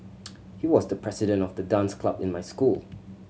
he was the president of the dance club in my school